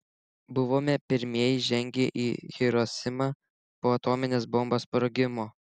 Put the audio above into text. buvome pirmieji įžengę į hirosimą po atominės bombos sprogimo